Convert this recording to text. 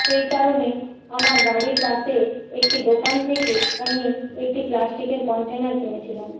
সেই কারণে আমার বাড়ির পাশে একটি দোকান থেকে আমি একটি প্লাস্টিকের কন্টেনার কিনেছিলাম